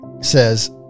says